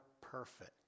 perfect